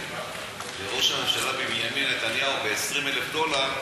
לראש הממשלה בנימין נתניהו ב-20,000 דולר,